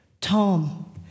Tom